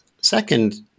Second